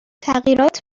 تغییرات